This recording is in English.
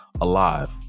alive